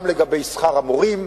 גם לגבי שכר המורים,